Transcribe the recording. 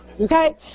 okay